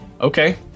Okay